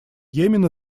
йемена